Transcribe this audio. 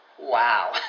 wow